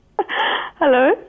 Hello